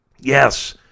Yes